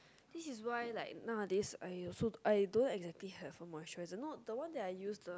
this is why like nowadays I also I don't exactly heard for moisture the one the one that I use the